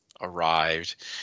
arrived